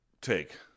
take